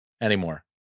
anymore